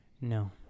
No